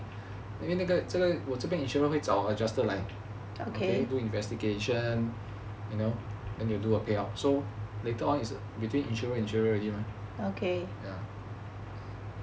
因为那个我这边 insurer 会找 adjusted line okay do investigation you know then you do a payout so later on is between insurer insurer already ya